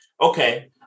okay